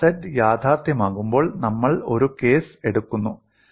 delta z യഥാർത്ഥമാകുമ്പോൾ നമ്മൾ ഒരു കേസ് എടുക്കുന്നു